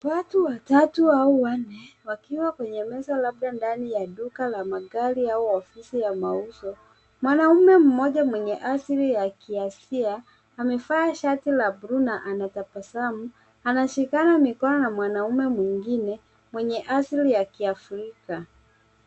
Watu watatu au wanne wakiwa kwenye meza labda ndani ya duka la magari au ofisi ya mauzo. Mwanamme mmoja mwenye asili ya kiasia amevaa shati la bluu na ametabasamu. Ameshikana mikono na mwanamme mwingine mwenye asili ya kiafrika.